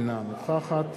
אינה נוכחת